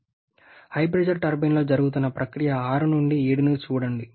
HP టర్బైన్లో జరుగుతున్న ప్రక్రియ 6 7ని చూడండి